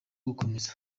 gukomeza